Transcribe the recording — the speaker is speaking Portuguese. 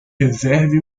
reserve